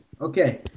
Okay